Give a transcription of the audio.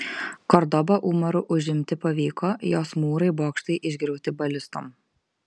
kordobą umaru užimti pavyko jos mūrai bokštai išgriauti balistom